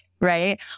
right